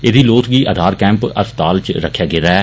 एहदी लोथ गी आधार कैम्प अस्पताल इच रक्खेआ गेदा ऐ